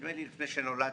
נדמה לי לפני שנולדת,